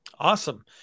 Awesome